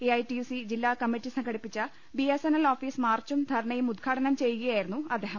എഐടിയുസി ജില്ലാ കമ്മിറ്റി സംഘടിപ്പിച്ച ബിഎസ്എൻഎൽ ഓഫീസ് മാർച്ചും ധർണയും ഉദ്ഘാടനം ചെയ്യുകയായിരുന്നു അദ്ദേഹം